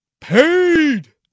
paid